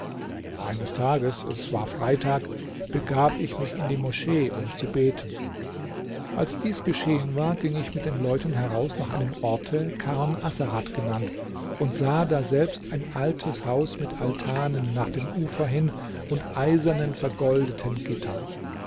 eines tages es war freitag begab ich mich in die moschee um zu beten als dies geschehen war ging ich mit den leuten heraus nach einem orte karn asserat genannt und sah daselbst ein altes haus mit altanen nach dem ufer hin und eisernen vergoldeten gittern